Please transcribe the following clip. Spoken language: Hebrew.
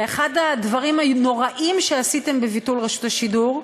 ואחד הדברים הנוראיים שעשיתם בביטול רשות השידור,